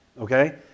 okay